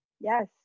Yes